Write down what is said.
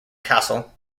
kassel